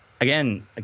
Again